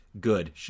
Good